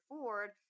Ford